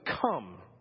come